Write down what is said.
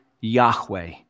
Yahweh